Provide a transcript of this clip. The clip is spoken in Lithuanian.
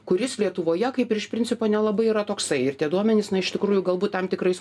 kuris lietuvoje kaip ir iš principo nelabai yra toksai ir tie duomenys na iš tikrųjų galbūt tam tikrais